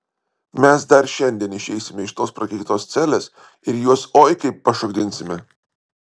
mes dar šiandien išeisime iš tos prakeiktos celės ir juos oi kaip pašokdinsime